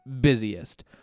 busiest